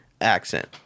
accent